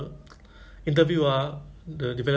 this kind of coding test kan